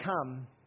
come